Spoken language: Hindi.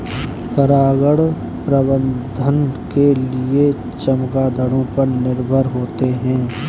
परागण प्रबंधन के लिए चमगादड़ों पर निर्भर होते है